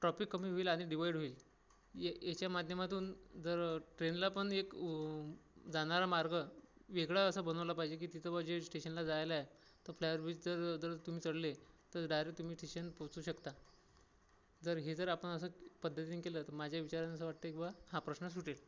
tropic कमी होईल आणि डिव्हाईड होईल ये याच्या माध्यमातून जर ट्रेनला पण एक जाणारा मार्ग वेगळा असा बनवला पाहिजे की तिथं बा जे स्टेशनला जायला तो फ्लायर ब्रिजचं जर तुम्ही चढले तर डायरेक तुम्ही ठेशन पोचू शकता जर हे जर आपण असं पद्धतीनं केलं तर माझ्या विचारानं असं वाटते की बा हा प्रश्न सुटेल